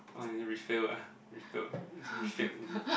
why is it refail ah refailed it's refailed is it